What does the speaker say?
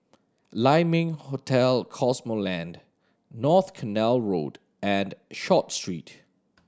Lai Ming Hotel Cosmoland North Canal Road and Short Street